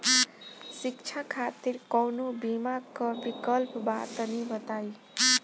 शिक्षा खातिर कौनो बीमा क विक्लप बा तनि बताई?